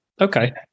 Okay